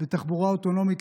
בתחבורה אוטונומית,